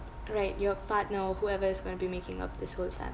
right your partner or whoever is going to be making up this whole fam~